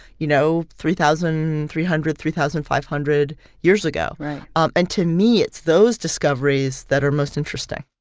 you know, three thousand three hundred, three thousand five hundred years ago right um and to me, it's those discoveries that are most interesting